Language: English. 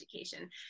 education